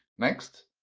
next,